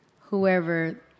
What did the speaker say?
whoever